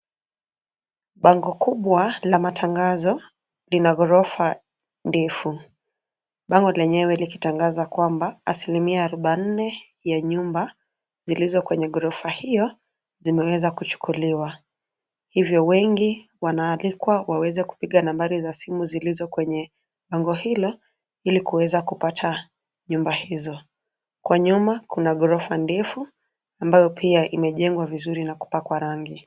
Bango kubwa la matangazo lina ghorofa ndefu. Bango lenyewe likitangaza kwamba asilimia arubaini ya nyumba zilizo kwenye ghorofa hiyo, zimeweza kuchukuliwa. Hivyo wengi, wanaalikwa waweze kupiga nambari za simu zilizo kwenye bango hilo, ilikuweza kupata nyumba hizo. Kwa nyuma kuna ghorofa ndefu ambayo pia imejengwa vizuri na kupakwa rangi.